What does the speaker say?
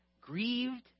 grieved